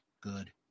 good